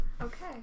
Okay